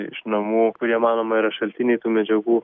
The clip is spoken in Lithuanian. iš namų kurie manoma yra šaltiniai tų medžiagų